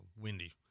windy